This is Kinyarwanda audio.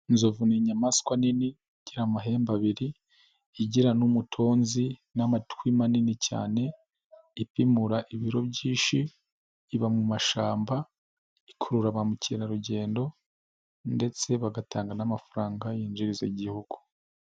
Inzovu ni inyamaswa nini igira amahembe abiri, igira n'umutonzi n'amatwi manini cyane, ipimura ibiro byinshishi, iba mu mashyamba, ikurura ba mukerarugendo, ndetse bagatanga n'amafaranga yinjiriza Igihugu.